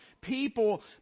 people